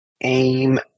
aim